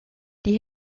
die